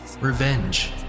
revenge